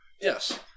Yes